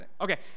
Okay